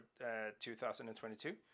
2022